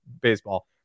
baseball